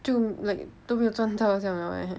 就 like 都没有赚到这样了 eh